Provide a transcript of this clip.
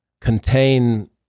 contain